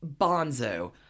Bonzo